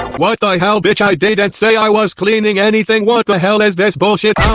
wat da hell, bitch? i didn't say i was cleaning anything! wat da hell is this bullshit?